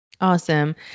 Awesome